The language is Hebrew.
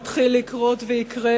מתחיל לקרות ויקרה,